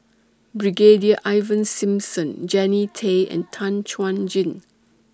Brigadier Ivan Simson Jannie Tay and Tan Chuan Jin